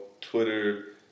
Twitter